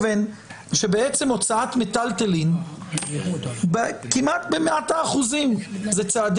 שבעצם הוצאת מטלטלין כמעט במאת האחוזים זה צעד